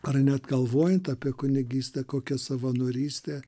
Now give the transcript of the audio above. ar net galvojant apie kunigystę kokia savanorystė